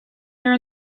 here